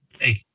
hey